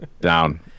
Down